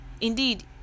indeed